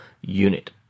unit